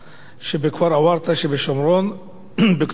בכפר עוורתא שבשומרון בכתובות